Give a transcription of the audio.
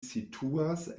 situas